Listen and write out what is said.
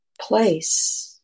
place